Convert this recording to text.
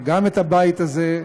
וגם את הבית הזה,